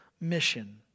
mission